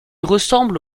ressemble